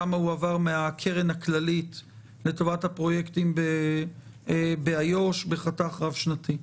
כמה הועבר מהקרן הכללית לטובת הפרויקטים באיו"ש בחתך רב שנתי.